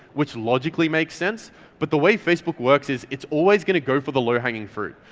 which logically makes sense but the way facebook works is it's always going to go for the low-hanging fruit.